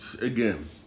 again